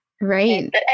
Right